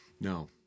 No